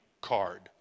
card